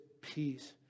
peace